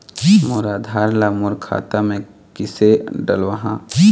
मोर आधार ला मोर खाता मे किसे डलवाहा?